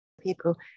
people